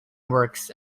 works